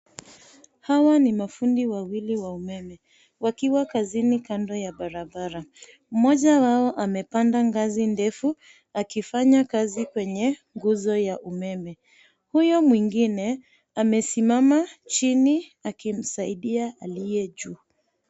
Hawa ni mafundi wawili wa umeme wakiwa kazini kando ya barabara. Mmoja wao amepanda ngazi ndefu akifanya kazi kwenye nguzo ya umeme. Huyo mwingine amesimama chini akimsaidia aliye juu.